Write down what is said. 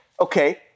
okay